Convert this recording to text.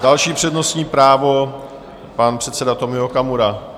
Další přednostní právo pan předseda Tomio Okamura.